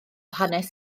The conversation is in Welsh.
hanes